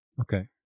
Okay